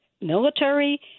military